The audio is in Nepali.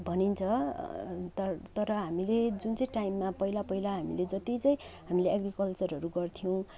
भनिन्छ तर तर हामीले जुन चाहिँ टाइमा पहिला पहिला हामीले जति चाहिँ हामीले एग्रिकल्चरहरू गर्थ्यौँ